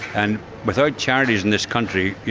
and without charities in this country,